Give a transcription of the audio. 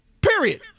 Period